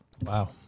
Wow